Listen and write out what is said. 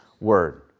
word